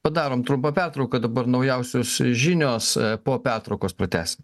padarom trumpą pertrauką dabar naujausios žinios po pertraukos pratęsim